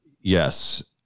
Yes